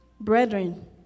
Brethren